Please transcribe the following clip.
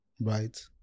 right